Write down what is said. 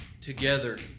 together